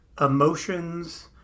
emotions